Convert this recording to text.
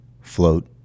float